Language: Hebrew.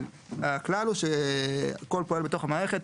אבל הכלל הוא שהכול פועל בתוך המערכת,